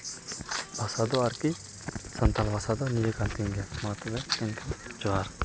ᱵᱷᱟᱥᱟ ᱫᱚ ᱟᱨᱠᱤ ᱥᱟᱱᱛᱟᱞ ᱵᱷᱟᱥᱟ ᱫᱚ ᱱᱤᱭᱟᱹ ᱠᱟᱱ ᱛᱤᱧ ᱜᱮᱭᱟ ᱢᱟ ᱛᱚᱵᱮ ᱮᱱᱠᱷᱟᱱ ᱡᱚᱦᱟᱨ